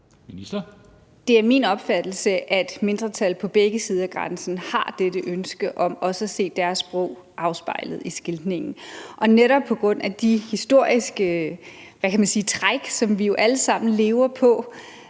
Mogensen): Det er min opfattelse, at mindretal på begge sider af grænsen har dette ønske om også at se deres sprog afspejlet i skiltningen. Netop på grund af de historiske træk, som vi jo alle sammen lever på,